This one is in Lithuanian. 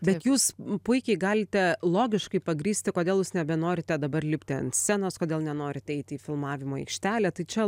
bet jūs puikiai galite logiškai pagrįsti kodėl jūs nebenorite dabar lipti ant scenos kodėl nenorite eiti į filmavimo aikštelę tai čia